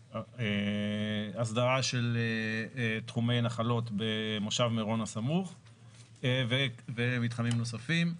הסדרה של תחומי נחלות במושב מירון הסמוך ומתחמים נוספים.